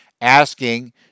asking